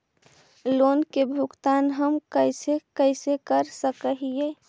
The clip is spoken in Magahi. लोन के भुगतान हम कैसे कैसे कर सक हिय?